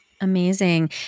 Amazing